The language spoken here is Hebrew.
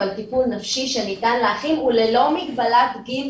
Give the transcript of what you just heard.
אבל טיפול נפשי שניתן לאחים וללא מגבלת גיל,